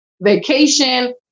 vacation